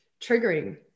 triggering